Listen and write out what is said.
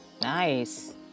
Nice